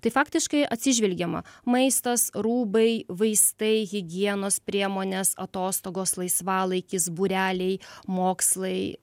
tai faktiškai atsižvelgiama maistas rūbai vaistai higienos priemonės atostogos laisvalaikis būreliai mokslai